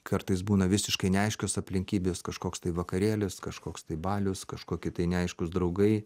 kartais būna visiškai neaiškios aplinkybės kažkoks vakarėlis kažkoks tai balius kažkoki tai neaiškūs draugai